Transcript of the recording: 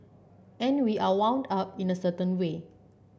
and we are wound up in a certain way